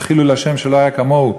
זה חילול השם שלא היה כמוהו.